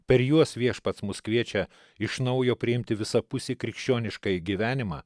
per juos viešpats mus kviečia iš naujo priimti visapusį krikščioniškąjį gyvenimą